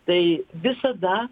tai visada